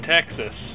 Texas